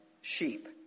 sheep